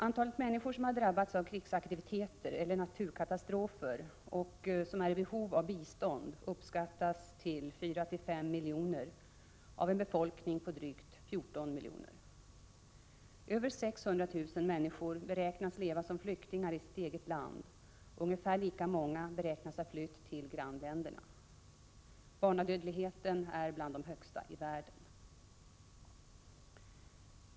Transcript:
Antalet människor som har drabbats av krigsaktiviteter eller naturkatastrofer och som är i behov av bistånd uppskattas till 4,5-5 miljoner av en befolkning på drygt 14 miljoner. Över 600 000 människor beräknas leva som flyktingar i sitt eget land, och ungefär lika många beräknas ha flytt till grannländerna. Barnadödligheten är bland den högsta i världen.